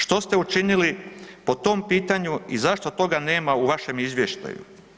Što ste učinili po tom pitanju i zašto toga nema u vašem izvještaju?